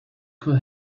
could